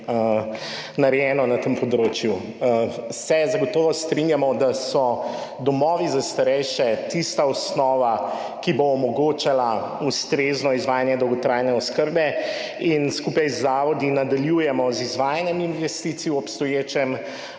narejeno na tem področju. Zagotovo se strinjamo, da so domovi za starejše tista osnova, ki bo omogočala ustrezno izvajanje dolgotrajne oskrbe, in skupaj z zavodi nadaljujemo z izvajanjem investicij v obstoječih